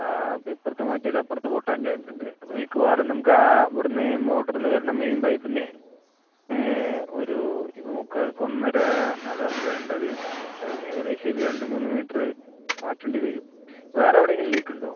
ആ അപ്പോൾ ഇപ്പുറത്ത് മാറ്റിയാലും അപ്പുറത്ത് പൊട്ടാൻ ചാൻസുണ്ട് അപ്പോൾ മിക്കാവാറും നമുക്ക് ആ അവിടുന്ന് മോറ്റോറിൽ നിന്നു വരുന്ന മെയിൻ പൈപ്പിൽ നിന്ന് ഒരു മുക്കാൽക്കൊന്നര അതാണ് വേണ്ടത് അതിലേകദേശം ഒരു രണ്ട് മൂന്ന് മീറ്റർ മാറ്റേണ്ടി വരും വേറെവിടെയെങ്കിലും ലീക്കുണ്ടോ